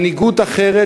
מנהיגות אחרת,